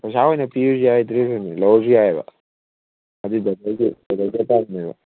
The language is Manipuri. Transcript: ꯄꯩꯁꯥ ꯑꯣꯏꯅ ꯄꯤꯔꯁꯨ ꯌꯥꯏ ꯗ꯭ꯔꯦꯁ ꯑꯣꯏꯅ ꯂꯧꯔꯁꯨ ꯌꯥꯏꯑꯕ ꯑꯗꯨꯏꯗꯣ ꯑꯩꯈꯣꯏꯒꯤ ꯑꯅꯥꯗꯔ ꯆꯥꯟꯁꯅꯦꯕ